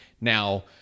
Now